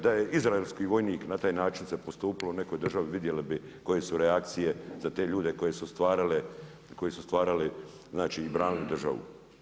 Da je izraelski vojnik na taj način se postupilo u nekoj državi vidjeli bi koje su reakcije za te ljude koji su stvarali i branili državu.